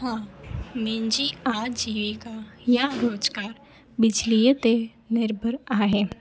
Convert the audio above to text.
हा मुंहिंजी आजीविका या रोज़गारु बिजलीअ ते निर्भर आहे